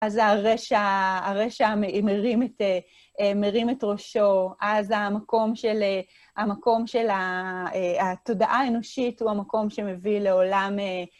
אז הרשע מרים את ראשו, אז המקום של, המקום של התודעה האנושית הוא המקום שמביא לעולם...